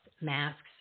masks